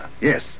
Yes